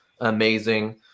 amazing